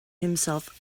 himself